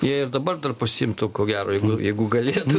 jie ir dabar dar pasiimtų ko gero jeigu jeigu galėtų